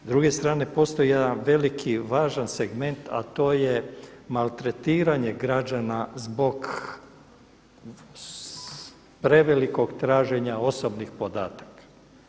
S druge strane, postoji jedan veliki važan segment, a to je maltretiranje građana zbog prevelikog traženja osobnih podataka.